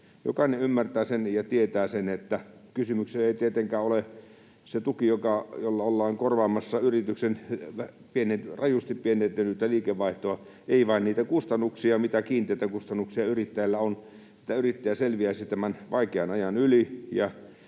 Jokainen ymmärtää ja tietää sen, että kysymyksessä ei tietenkään ole se tuki, jolla ollaan korvaamassa yrityksen rajusti pienentynyttä liikevaihtoa, ei, vaan ollaan korvaamassa niitä kustannuksia, mitä kiinteitä kustannuksia yrittäjällä on, että yrittäjä selviäisi tämän vaikean ajan yli,